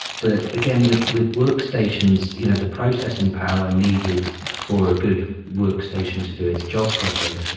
but again, with with workstations, you know the processing power needed for a good workstation to do its job properly,